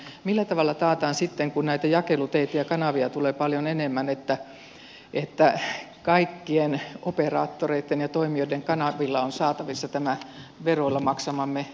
millä tavalla taataan sitten kun näitä jakeluteitä ja kanavia tulee paljon enemmän että kaikkien operaattoreitten ja toimijoiden kanavilla on saatavissa tämä veroilla maksamamme ylen tuotanto